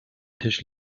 tisch